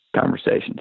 conversations